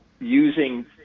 using